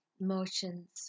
emotions